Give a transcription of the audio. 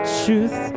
truth